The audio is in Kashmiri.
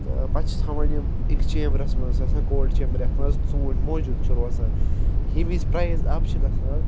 تہٕ پَتہٕ چھِ تھاوان یِم أکِس چیمبرس منٛز سُہ آسان کولڈ چیمبر یتھ منٛز ژونٛٹھۍ موٗجوٗد چھِ روزان ییٚمہِ وِزِ پرایِز اپ چھُ گژھان